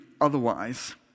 otherwise